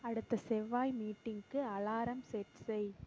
அடுத்த செவ்வாய் மீட்டிங்குக்கு அலாரம் செட் செய்